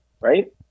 right